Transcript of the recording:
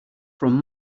from